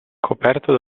coperto